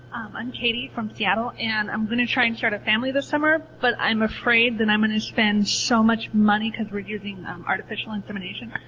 um i'm katie from seattle. and i'm going to try to and start a family this summer but i'm afraid that i'm going to spend so much money because we're using artificial insemination.